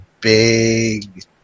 big